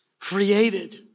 created